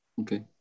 Okay